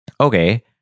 okay